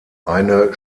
eine